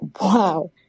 wow